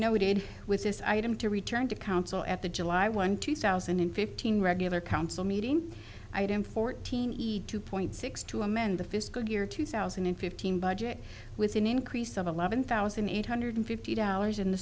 noted with this item to return to council at the july one two thousand and fifteen regular council meeting i had in fourteen two point six to amend the fiscal year two thousand and fifteen budget with an increase of eleven thousand eight hundred fifty dollars in the